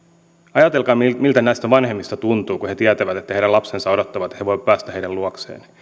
ajatelkaa miltä näistä vanhemmista tuntuu kun he tietävät että heidän lapsensa odottavat että he voivat päästä heidän luokseen